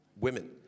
women